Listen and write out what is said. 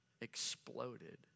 exploded